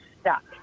stuck